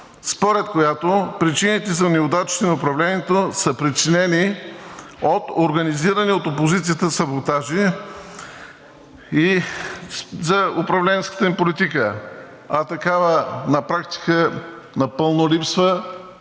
според която причините за неудачите на управлението са причинени от организирани от опозицията саботажи, критика на управленската им политика, а такава на практика напълно липсва.